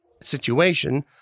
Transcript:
situation